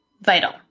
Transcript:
Vital